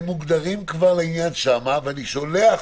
הם מוגדרים שם ואני שולח